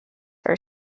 are